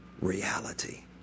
reality